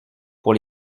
pour